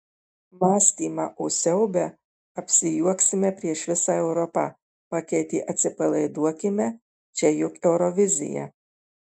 mąstymą o siaube apsijuoksime prieš visą europą pakeitė atsipalaiduokime čia juk eurovizija